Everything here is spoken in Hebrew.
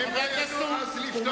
גם שם זה